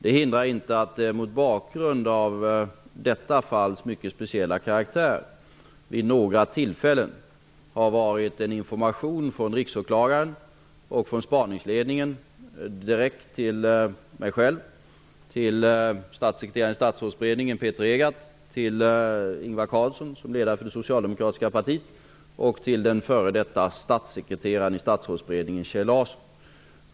Det hindrar inte att det, mot bakgrund av detta falls mycket speciella karaktär, vid några tillfällen har varit en information från riksåklagaren och spaningsledningen direkt till mig själv, till statssekreteraren i statsrådsberedningen Peter Larsson.